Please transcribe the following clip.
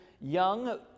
young